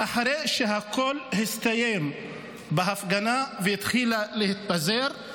ואחרי שהכול הסתיים בהפגנה והיא התחילה להתפזר,